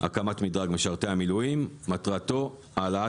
הקמת מדרג משרתי המילואים ומטרתו העלאת